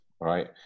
right